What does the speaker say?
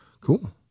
cool